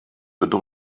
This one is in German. bitte